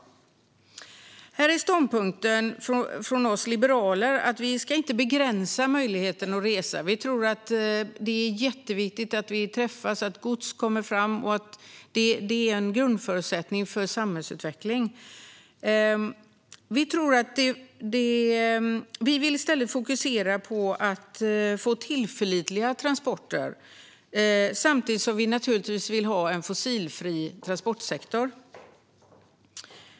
Liberalernas ståndpunkt är att vi inte ska begränsa möjligheten att resa. Det är jätteviktigt att människor träffas och att gods kommer fram. Det är en grundförutsättning för samhällsutveckling. Vi vill i stället fokusera på att få tillförlitliga transporter - samtidigt som vi givetvis vill ha en fossilfri transportsektor.